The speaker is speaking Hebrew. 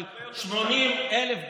אבל 80,000,